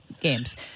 games